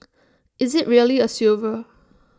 is IT really A silver